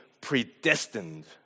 predestined